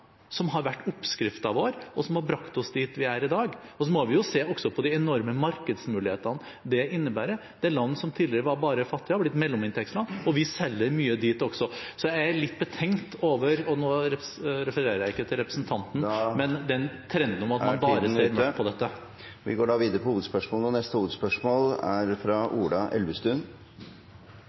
som har vært oppskriften vår, og som har brakt oss dit vi er i dag. Så må vi også se på de enorme markedsmulighetene det innebærer, der land som tidligere bare var fattige, er blitt mellominntektsland, og vi selger mye til dem også. Så jeg er litt betenkt over – og nå refererer jeg ikke til representanten – den trenden at man bare ser mørkt på dette. Vi går videre til neste hovedspørsmål. Mitt spørsmål går til klima- og